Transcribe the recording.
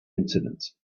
incidents